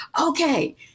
Okay